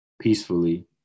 peacefully